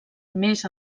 més